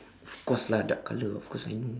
of course lah dark colour of course I know